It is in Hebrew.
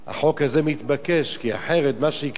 החוק הזה מתבקש, כי אחרת מה שיקרה,